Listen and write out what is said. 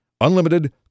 unlimited